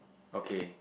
okay